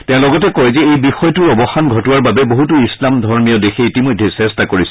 তেওঁ লগতে কয় যে এই বিষয়টোৰ অৱসান ঘটোৱাৰ বাবে বহুতো ইছলাম ধৰ্মীয় দেশে ইতিমধ্যে চেষ্টা কৰিছিল